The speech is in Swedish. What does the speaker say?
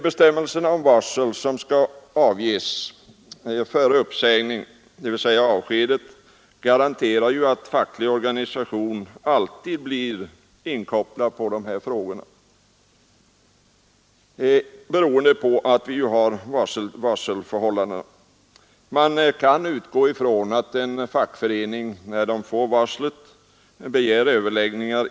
Bestämmelserna om varsel, som skall avges före uppsägning eller avsked, garanterar ju att facklig organisation alltid blir inkopplad. Man kan utgå från att en fackförening, när den får varslet, begär överläggningar.